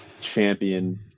champion